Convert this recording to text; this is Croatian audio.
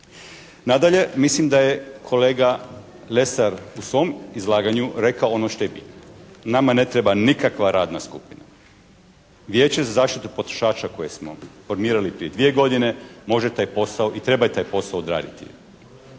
Nadalje, mislim da je kolega Lesar u svom izlaganju rekao ono što nama ne treba nikakva radna skupina. Vijeće za zaštitu potrošača koje smo formirali prije 2 godine može taj posao i treba taj posao odraditi.